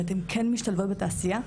ואתן כן משתלבות בתעשייה.